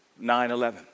9-11